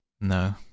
No